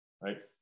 right